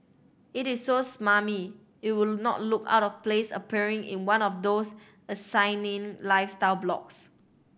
it is so smarmy it would not look out of place appearing in one of those asinine lifestyle blogs